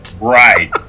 Right